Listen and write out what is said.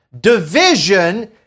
division